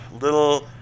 Little